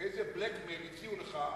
איזה blackmail הציעו לך,